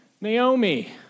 Naomi